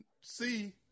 see